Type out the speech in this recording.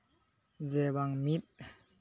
ᱡᱮ ᱵᱟᱝ ᱢᱤᱫ